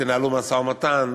תנהלו משא-ומתן,